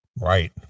Right